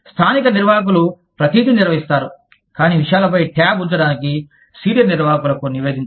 స్థానిక నిర్వాహకులు ప్రతిదీ నిర్వహిస్తారు కాని విషయాలపై ట్యాబ్ ఉంచడానికి సీనియర్ నిర్వాహకులకు నివేదించండి